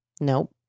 Nope